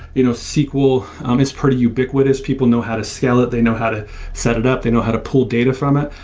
you know sql um is pretty ubiquitous. people know how to scale it. they know how to set it up. they know how to pull data from it.